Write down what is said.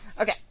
Okay